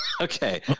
Okay